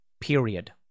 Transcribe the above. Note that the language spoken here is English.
period